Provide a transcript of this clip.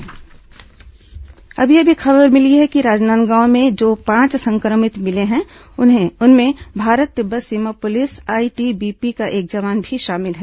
अभी अभी खबर मिली है कि राजनांदगांव में जो पांच संक्रमित मिले हैं उनमें भारत तिब्बत सीमा पुलिस आईटीबीपी का एक जवान भी शामिल है